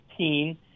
16 –